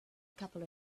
couple